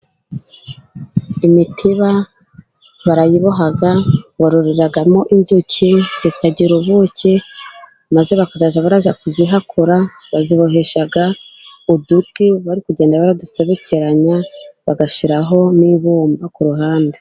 Imitiba barayiboha bororeramo inzuki, zikagira ubuki, maze bakajya bajya kuzihakura, bayibohesha uduti, bari kugenda badusobekeranya, bagashyiraho n'ibumba ku ruhande.